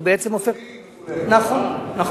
הוא בעצם הופך, נכון, נכון.